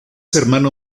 hermano